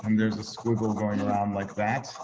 um there's a squiggle going around like that.